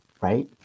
right